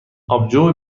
آبجو